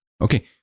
Okay